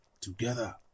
together